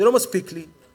זה לא מספיק לי,